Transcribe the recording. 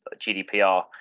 GDPR